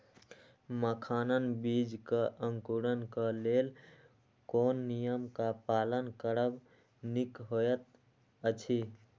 मखानक बीज़ क अंकुरन क लेल कोन नियम क पालन करब निक होयत अछि?